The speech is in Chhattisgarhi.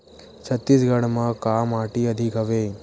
छत्तीसगढ़ म का माटी अधिक हवे?